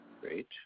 Great